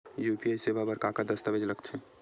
UPI सेवा बर का का दस्तावेज लगथे?